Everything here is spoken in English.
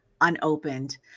unopened